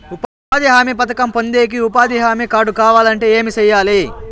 ఉపాధి హామీ పథకం పొందేకి ఉపాధి హామీ కార్డు కావాలంటే ఏమి సెయ్యాలి?